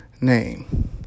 name